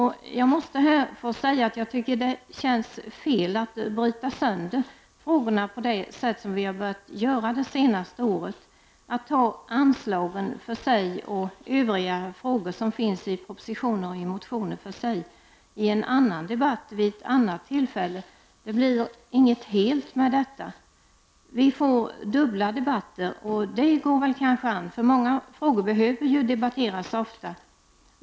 Här måste jag få säga att jag tycker att det känns fel att bryta sönder frågorna på det sätt som vi har börjat att göra det senaste året, att ta anslagen för sig och övriga frågor i propositioner och motioner för sig, i en annan debatt vid ett annat tillfälle. Det blir inget helt med detta. Vi får dubbla debatter. Det går väl kanske an — många frågor behöver debatteras ofta.